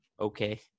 okay